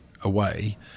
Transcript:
away